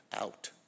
out